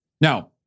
Now